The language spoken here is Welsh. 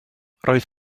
roedd